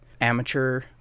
amateur